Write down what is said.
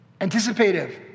anticipative